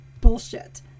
bullshit